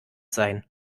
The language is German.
sein